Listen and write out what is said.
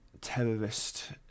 terrorist